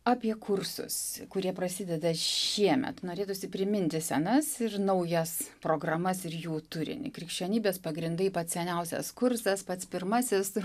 apie kursus kurie prasideda šiemet norėtųsi priminti senas ir naujas programas ir jų turinį krikščionybės pagrindai pats seniausias kursas pats pirmasis